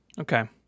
okay